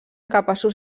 capaços